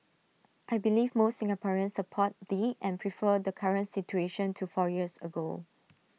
I believe most Singaporeans support the and prefer the current situation to four years ago